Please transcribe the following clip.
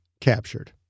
captured